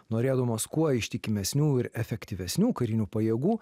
norėdamos kuo ištikimesnių ir efektyvesnių karinių pajėgų